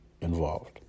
involved